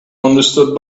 understood